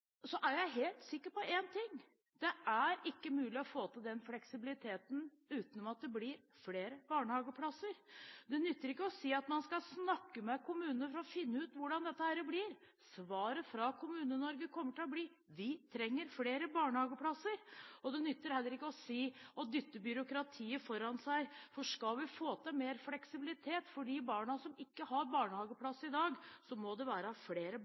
er jeg helt sikker på én ting: Det er ikke mulig å få til den fleksibiliteten uten at det blir flere barnehageplasser. Det nytter ikke å si at man skal snakke med kommunene for å finne ut hvordan dette blir. Svaret fra Kommune-Norge kommer til å bli: Vi trenger flere barnehageplasser. Det nytter heller ikke å dytte byråkratiet foran seg, for skal vi få til mer fleksibilitet for de barna som ikke har barnehageplass i dag, må det være flere